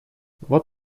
вот